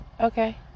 Okay